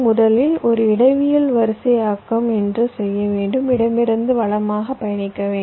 முதலில் ஒரு இடவியல் வரிசையாக்கம் என்று செய்ய வேண்டும் இடமிருந்து வலமாக பயணிக்க வேண்டும்